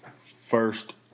first